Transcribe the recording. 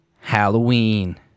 Halloween